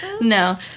No